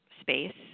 space